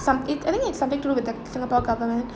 some it and then it's something to do with the singapore government